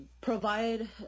provide